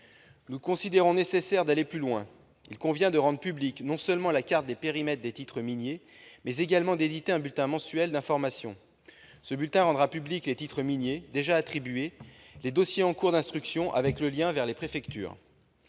Nous considérons qu'il est nécessaire d'aller plus loin. Il convient non seulement de rendre publique la carte des périmètres des titres miniers, mais également d'éditer un bulletin mensuel d'information. Ce bulletin rendra publics les titres miniers déjà attribués et les dossiers en cours d'instruction, avec le lien vers les préfectures.